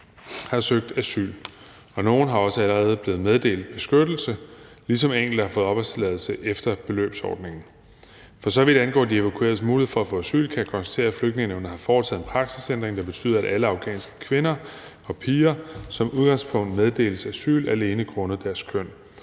søgt asyl, og nogle er også allerede blevet meddelt beskyttelse, ligesom enkelte har fået opholdstilladelse efter beløbsordningen. For så vidt angår de evakueres muligheder for at få asyl, kan jeg konstatere, at Flygtningenævnet har foretaget en praksisændring, der betyder, at alle afghanske kvinder og piger som udgangspunkt meddeles asyl alene på grund af deres køn.